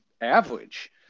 average